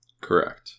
correct